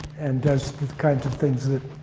and those kinds of things that